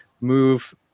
move